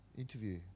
interview